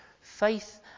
Faith